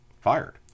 fired